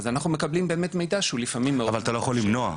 אז אנחנו מקבלים לפעמים מידע --- אבל אתה לא יכול למנוע.